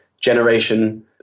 generation